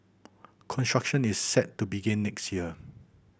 construction is set to begin next year